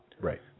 right